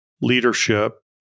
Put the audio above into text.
leadership